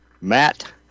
Matt